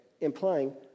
Implying